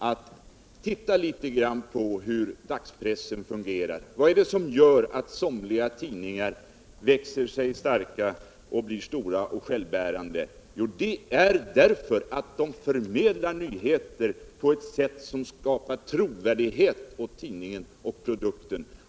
Jag tolkar utskottsbetänkandet och utbildningsministerns uttalande som all vi nu tar ställning för en snabb regionalisering, en snabb utbyggnad av 1 första hand de mindre kontoren och att detta skall prioriteras i de kommande årens arbete.